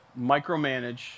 micromanage